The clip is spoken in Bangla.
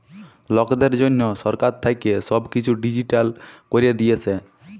লকদের জনহ সরকার থাক্যে সব কিসু ডিজিটাল ক্যরে দিয়েসে